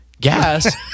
Gas